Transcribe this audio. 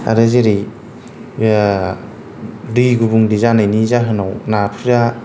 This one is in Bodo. आरो जेरै दै गुबुंले जानायनि जाहोनाव नाफोरा